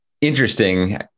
interesting